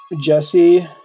Jesse